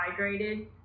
hydrated